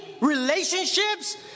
relationships